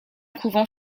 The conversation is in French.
couvent